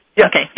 Okay